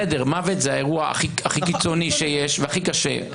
בסדר, מוות זה האירוע הכי קיצוני שיש, והכי קשה.